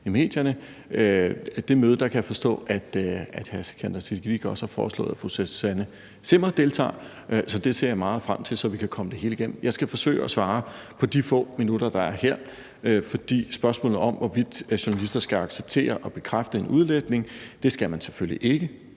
Siddique havde udtalt sig om sagen i medierne, også har foreslået, at fru Susanne Zimmer deltager i mødet. Det ser jeg meget frem til, så vi kan komme det hele igennem. Jeg skal forsøge at svare på de få minutter, der er her, på spørgsmålet om, hvorvidt journalister skal acceptere og bekræfte en udlægning. Det skal de selvfølgelig ikke.